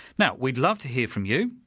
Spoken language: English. now we'd love to hear from you.